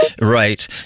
Right